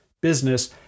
Business